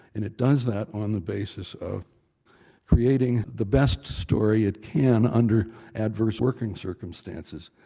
and it does that on the basis of creating the best story it can under adverse working circumstances.